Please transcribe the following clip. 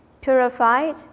purified